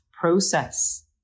process